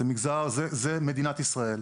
זו מדינת ישראל.